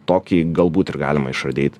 tokį galbūt ir galima išardyt